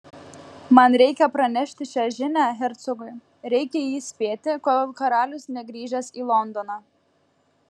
man reikia pranešti šią žinią hercogui reikia jį įspėti kol karalius negrįžęs į londoną